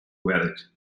valid